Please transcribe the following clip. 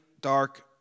dark